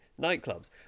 nightclubs